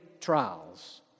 trials